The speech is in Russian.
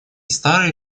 старые